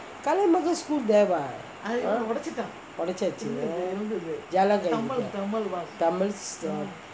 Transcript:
kalaimagal school there [what] ஒடச்சாச்சு:odachachu jalan kayu கிட்டே:kittae tamil